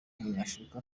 umunyafurika